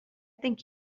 think